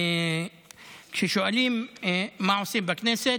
וכששואלים מה עושים בכנסת,